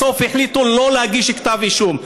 בסוף החליטו לא להגיש כתב אישום.